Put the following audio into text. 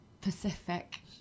Pacific